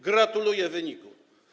Gratuluję wyniku.